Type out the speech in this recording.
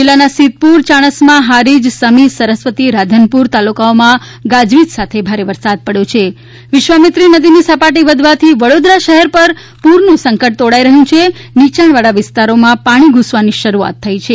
જિલ્લાના સિદ્ધપુર ચાણસ્મા હારીજ સમી સરસ્વતી રાધનપુર તાલુકાઓમાં ગાજવીજ સાથે ભાર વરસાદ પડ્યો છાં વિશ્વામીત્રી નદીની સપાટી વધવાથી વડોદરા શહેર પર પૂરના સંકટને પગલે નીયાણવાળા વિસ્તારોમાં પાણી ધૂસવાની શરૂઆત થઇ છે